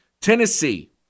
Tennessee